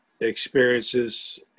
experiences